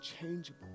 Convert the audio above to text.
unchangeable